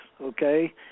okay